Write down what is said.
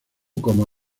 como